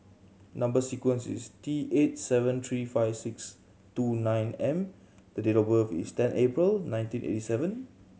number sequence is T eight seven three five six two nine M the date of birth is ten April nineteen eighty seven